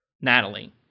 Natalie